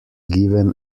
given